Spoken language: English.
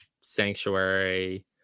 sanctuary